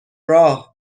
راه